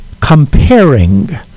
comparing